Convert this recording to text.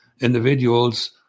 individuals